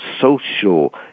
social